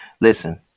listen